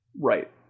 Right